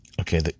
okay